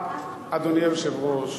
אדוני היושב-ראש,